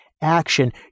action